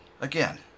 Again